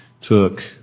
took